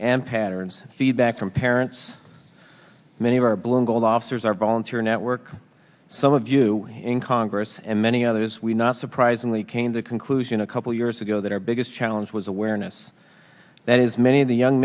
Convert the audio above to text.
and patterns feedback from parents many of our blue and gold officers our volunteer network some of you in congress and many others we not surprisingly came to a conclusion a couple years ago that our biggest challenge was awareness that is many of the young